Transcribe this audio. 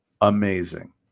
amazing